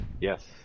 Yes